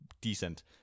decent